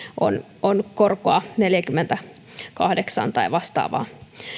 on on korkoa neljäkymmentäkahdeksan tai vastaavaa